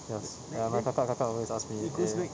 yes ya my kakak kakak always ask me ya